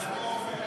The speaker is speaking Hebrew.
יולי,